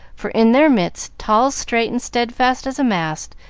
for in their midst, tall, straight, and steadfast as a mast,